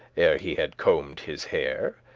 ere he had combed his hair.